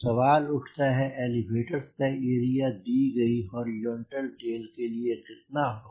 सवाल उठता है एलिवेटर्स का एरिया दी गई हॉरिजॉन्टल टेल के लिए कितना होगा